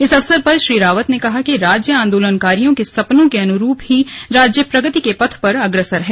इस अवसर पर श्री रावत ने कहा कि राज्य आन्दोलनकारियों के सपने के अनुरूप ही राज्य प्रगति के पथ पर अग्रसर है